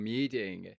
Meeting